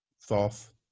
Thoth